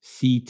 CT